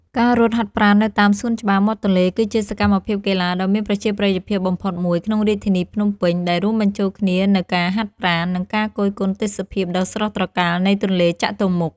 ការរត់ហាត់ប្រាណនៅតាមសួនច្បារមាត់ទន្លេ គឺជាសកម្មភាពកីឡាដ៏មានប្រជាប្រិយភាពបំផុតមួយក្នុងរាជធានីភ្នំពេញ ដែលរួមបញ្ចូលគ្នានូវការហាត់ប្រាណ និងការគយគន់ទេសភាពដ៏ស្រស់ត្រកាលនៃទន្លេចតុមុខ។